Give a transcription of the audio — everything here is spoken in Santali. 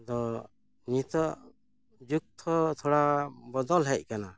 ᱟᱫᱚ ᱱᱤᱛᱚᱜ ᱡᱩᱜᱽ ᱛᱷᱚ ᱛᱷᱚᱲᱟ ᱵᱚᱫᱚᱞ ᱦᱮᱡ ᱠᱟᱱᱟ